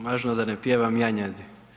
Važno je da ne pjevam janjadi.